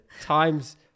times